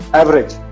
average